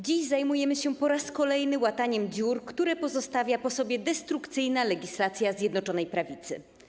Dziś zajmujemy się po raz kolejny łataniem dziur, które pozostawia po sobie destrukcyjna legislacja Zjednoczonej Prawicy.